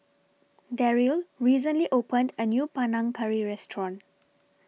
Daryl recently opened A New Panang Curry Restaurant